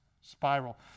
spiral